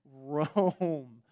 Rome